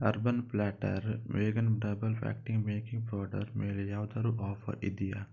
urban platter vegan double acting baking powder ಮೇಲೆ ಯಾವ್ದಾದ್ರೂ offer ಇದೆಯಾ